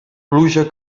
pluja